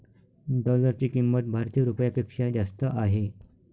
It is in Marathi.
डॉलरची किंमत भारतीय रुपयापेक्षा जास्त आहे